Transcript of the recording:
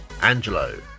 angelo